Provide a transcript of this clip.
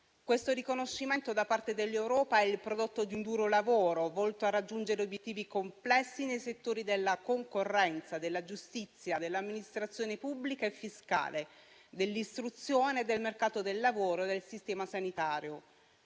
Questo riconoscimento da parte dell'Europa è il prodotto di un duro lavoro, volto a raggiungere obiettivi complessi nei settori della concorrenza, della giustizia, dell'amministrazione pubblica e fiscale, dell'istruzione, del mercato del lavoro e del sistema sanitario.